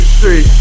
three